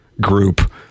group